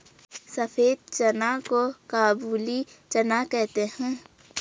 सफेद चना को काबुली चना कहते हैं